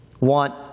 want